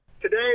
Today